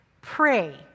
pray